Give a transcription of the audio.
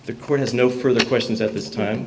the court has no further questions at this time